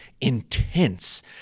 intense